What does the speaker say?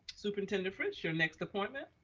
superintendent fritz. your next appointment.